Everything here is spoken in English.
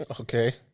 okay